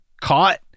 caught